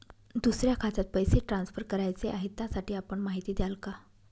दुसऱ्या खात्यात पैसे ट्रान्सफर करायचे आहेत, त्यासाठी आपण माहिती द्याल का?